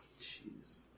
jeez